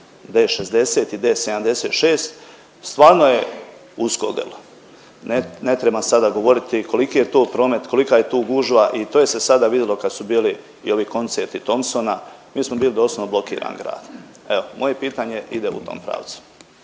D60 i D76 stvarno je usko grlo. Ne trebam sada govoriti koliki je to promet, kolika je tu gužva i to je se sada vidjelo kad su bili ili koncerti Thompsona, mi smo bili doslovno blokirani grad, evo moje pitanje ide u tom pravcu.